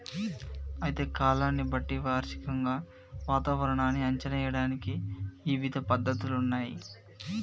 అయితే కాలాన్ని బట్టి వార్షికంగా వాతావరణాన్ని అంచనా ఏయడానికి ఇవిధ పద్ధతులున్నయ్యి